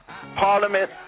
parliament